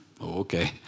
okay